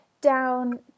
down